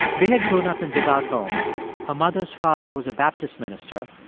they had grown up in devout homes. her mother's father was a baptist minister.